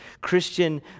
Christian